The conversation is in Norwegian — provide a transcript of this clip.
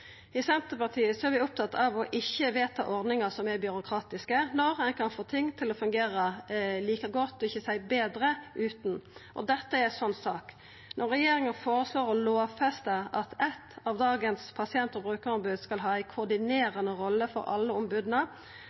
I Senterpartiet er vi opptatt av ikkje å vedta ordningar som er byråkratiske, når ein kan få ting til å fungera like godt – for ikkje å seia betre – utan. Dette er ei slik sak. Når regjeringa føreslår å lovfesta at eitt av dagens pasient- og brukarombod skal ha ei koordinerande rolle for alle omboda,